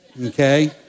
okay